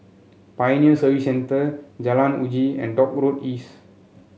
Pioneer Service Centre Jalan Uji and Dock Road East